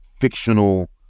fictional